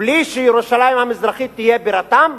בלי שירושלים המזרחית תהיה בירתם?